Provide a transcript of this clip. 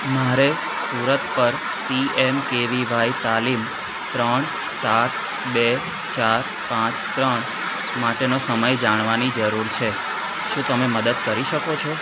મારે સુરત પર પીએમકેવિવાય તાલીમ ત્રણ સાત બે ચાર પાંચ ત્રણ માટેનો સમય જાણવાની જરૂર છે શું તમે મદદ કરી શકો છો